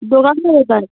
দোকানটা কোথায়